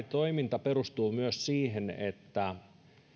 toiminta perustuu myös siihen että